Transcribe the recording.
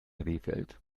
rehfeld